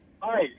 Hi